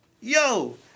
Yo